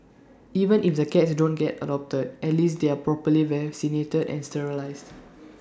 even if the cats don't get adopted at least they are properly vaccinated and sterilised